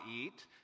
eat